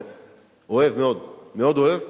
אוהב מאוד, מאוד אוהב.